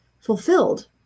fulfilled